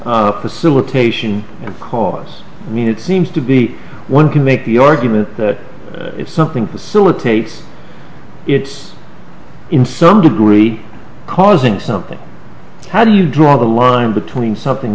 facilitation cause i mean it seems to be one can make the argument that if something is silicates it's in some degree causing something how do you draw the line between something